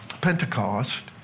Pentecost